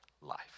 life